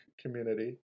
community